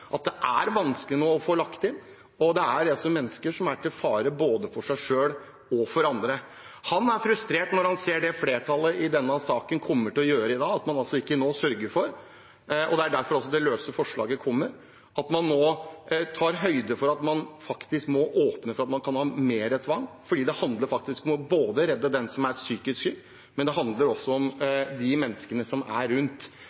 at det nå er vanskelig å få lagt inn. Dette er altså mennesker som er til fare både for seg selv og for andre. Han er frustrert når han ser det flertallet i denne saken kommer til å gjøre i dag, at man altså ikke nå sørger for – og det er derfor også det løse forslaget kommer – å ta høyde for at man faktisk må åpne for at man kan ha mer tvang. For det handler faktisk om å redde den som er psykisk syk, og det handler også om menneskene rundt.